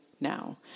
now